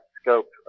scope